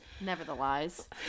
nevertheless